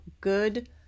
good